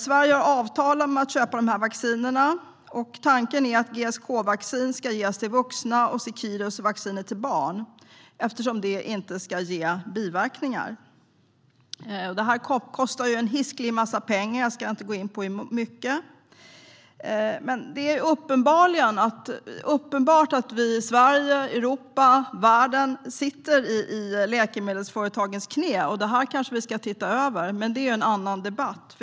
Sverige har avtalat om att köpa de här vaccinerna. Tanken är att GSK:s vaccin ska ges till vuxna och Seqirus vaccin till barn eftersom det senare inte ska ge biverkningar. Det här kostar en hiskelig massa pengar. Jag ska inte gå in på hur mycket, men det är uppenbart att vi i Sverige, i Europa, i världen sitter i läkemedelsföretagens knä. Det kanske vi ska se över, men det är en annan debatt.